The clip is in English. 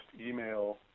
email